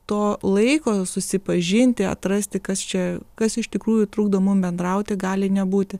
to laiko susipažinti atrasti kas čia kas iš tikrųjų trukdo mum bendrauti gali nebūti